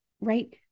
right